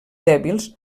dèbils